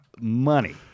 money